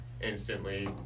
instantly